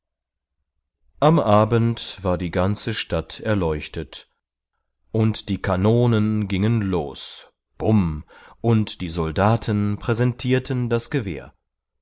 am abend war die ganze stadt erleuchtet und die kanonen gingen los bum und die soldaten präsentierten das gewehr